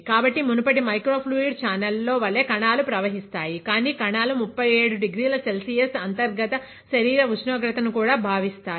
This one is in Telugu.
కాబట్టి మునుపటి మైక్రో ఫ్లూయిడ్ చానల్లో వలె కణాలు ప్రవహిస్తాయి కానీ కణాలు 37 డిగ్రీల సెల్సియస్ అంతర్గత శరీర ఉష్ణోగ్రతను కూడా భావిస్తాయి